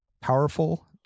powerful